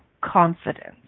confidence